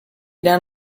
down